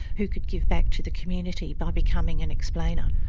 who could give back to the community by becoming an explainer.